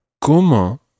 Comment